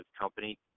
company